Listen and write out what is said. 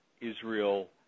Israel